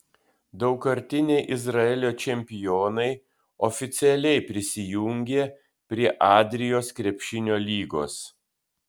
daugkartiniai izraelio čempionai oficialiai prisijungė prie adrijos krepšinio lygos